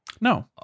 No